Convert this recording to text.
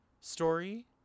story